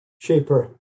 cheaper